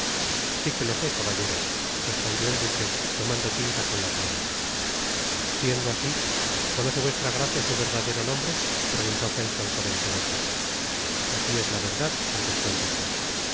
si que lo sé caballero respondió el duque tomando tinta con la pluma siendo asi conoce vuestra gracia su verdadero nombre preguntó felton con entereza asi es la verdad contestó el duque